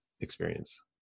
experience